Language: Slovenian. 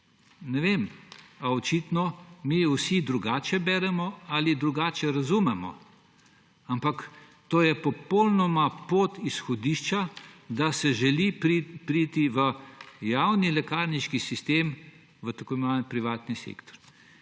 Ne vem, očitno mi vsi drugače beremo ali drugače razumemo. Ampak to je pot izhodišča, da se želi priti v javni lekarniški sistem, v tako imenovani privatni sektor.